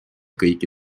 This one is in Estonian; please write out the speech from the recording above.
kõiki